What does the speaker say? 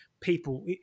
people